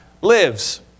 lives